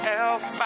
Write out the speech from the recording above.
else